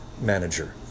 manager